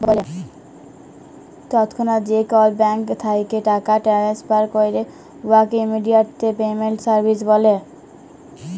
তৎক্ষণাৎ যে কল ব্যাংক থ্যাইকে টাকা টেনেসফার ক্যরে উয়াকে ইমেডিয়াতে পেমেল্ট সার্ভিস ব্যলে